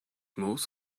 must